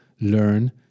learn